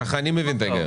כך אני מבין את העניין.